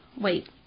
wait